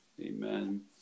amen